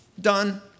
Done